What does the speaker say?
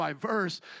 verse